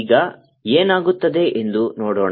ಈಗ ಏನಾಗುತ್ತದೆ ಎಂದು ನೋಡೋಣ